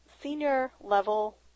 senior-level